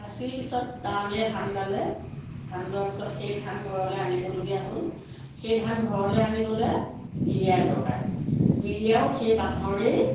কাঁচিৰ পিছত দাৱনীয়ে দান দালে ধান দোৱাৰ পিছত সেই ধান ঘৰলে আনিবলগীয়া হ'ল সেই ধান ঘৰলে আনিবলে বিৰিয়াৰ দৰকাৰ বিৰিয়াও সেই বাঁহৰে